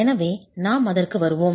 எனவே நாம் அதற்கு வருவோம்